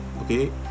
okay